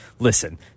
Listen